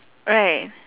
right